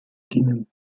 dienen